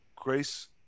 Grace